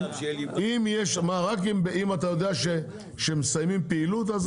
רק אם אתה יודע שמסיימים פעילות?